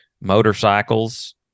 motorcycles